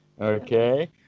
Okay